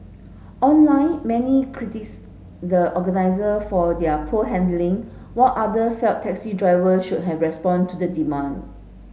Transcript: online many the organiser for their poor handling while other felt taxi driver should have responded to the demand